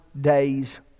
day's